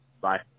Bye